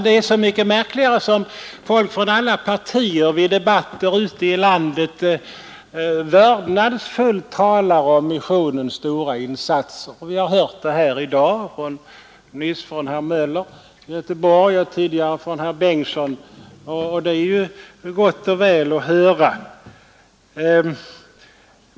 Det är så mycket märkligare som folk från alla partier vid debatter ute i landet vördnadsfullt talar om missionens stora insatser. Vi har hört det också här i dag, nyss från herr Möller i Göteborg och tidigare från herr Bengtson i Jönköping, och det är gott och väl att höra.